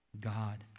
God